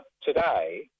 today